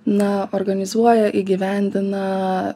na organizuoja įgyvendina